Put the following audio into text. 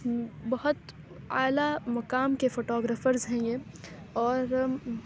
بہت اعلیٰ مقام کے فوٹوگرافرز ہیں یہ اور